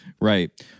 Right